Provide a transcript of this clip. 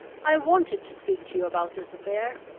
i wanted to speak to you about this affair.